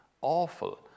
awful